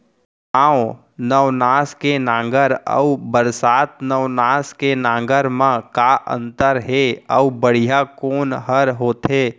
नौ नवनास के नांगर अऊ बरसात नवनास के नांगर मा का अन्तर हे अऊ बढ़िया कोन हर होथे?